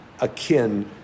akin